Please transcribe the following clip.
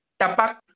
tapak